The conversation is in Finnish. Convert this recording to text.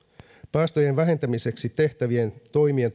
päästöjen vähentämiseksi tulee tehtävien toimien